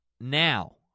Now